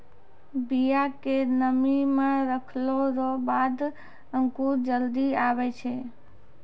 बिया के नमी मे रखलो रो बाद अंकुर जल्दी आबै छै